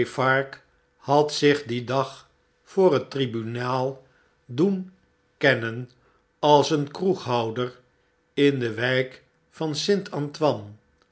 had zich dien dag voor het tribunaal doen kennen als een kroeghouder in de wijk van st a